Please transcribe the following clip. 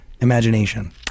imagination